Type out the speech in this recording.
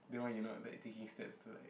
then why you not like taking steps to like